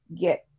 get